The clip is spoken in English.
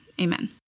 amen